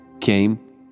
came